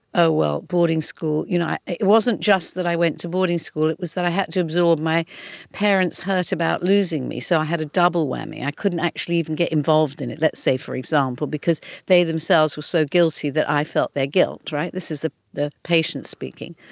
oh well, boarding school, you know it it wasn't just that i went to boarding school, it was that i had to absorb my parents' hurt about losing me, so i had a double whammy, i couldn't actually even get involved in it, let's say for example, because they themselves were so guilty that i felt their guilt'. this is the the patient speaking.